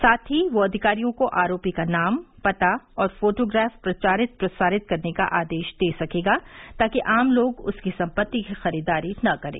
साथ ही वह अधिकारियों को आरोपी का नाम पता व फोटोग्राफ प्रचारित प्रसारित करने का आदेश दे सकेगा कि आम लोग उसकी सम्पत्ति की खरीदारी न करें